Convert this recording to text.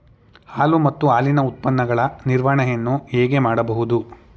ಹಾಲು ಮತ್ತು ಹಾಲಿನ ಉತ್ಪನ್ನಗಳ ನಿರ್ವಹಣೆಯನ್ನು ಹೇಗೆ ಮಾಡಬಹುದು?